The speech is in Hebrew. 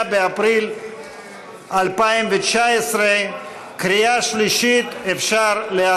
9 באפריל 2019. קריאה שלישית.